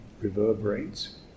reverberates